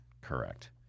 Correct